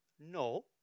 No